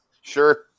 Sure